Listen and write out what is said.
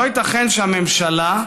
לא ייתכן שהממשלה,